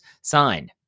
signed